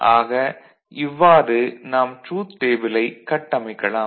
ஆக இவ்வாறு நாம் ட்ரூத் டேபிளைக் கட்டமைக்கலாம்